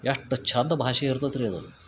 ಎಷ್ಟು ಚಂದ್ ಭಾಷೆ ಇರ್ತತ್ರಿ ಅದು